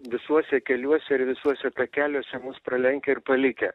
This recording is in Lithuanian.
visuose keliuose ir visuose takeliuose mus pralenkia ir palikę